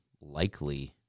likely